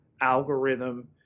algorithm